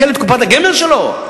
יעקל את קופת הגמל שלו?